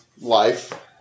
Life